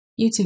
YouTube